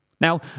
Now